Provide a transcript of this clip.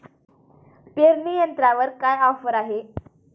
पेरणी यंत्रावर काय ऑफर आहे?